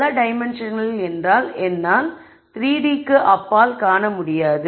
பல டைமென்ஷன்களில் என்றால் என்னால் 3D க்கு அப்பால் காண முடியாது